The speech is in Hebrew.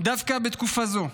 דווקא בתקופה זאת,